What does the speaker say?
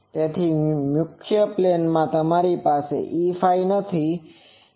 તેથી મુખ્ય પ્લેન માં તમારી પાસે Eφ